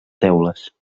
teules